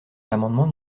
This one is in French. l’amendement